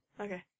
Okay